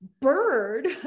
bird